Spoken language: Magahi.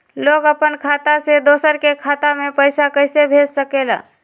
लोग अपन खाता से दोसर के खाता में पैसा कइसे भेज सकेला?